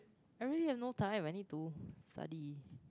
I really have no time I need to study